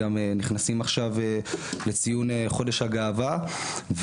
גם נכנסים עכשיו לציון חודש הגאווה.